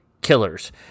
killers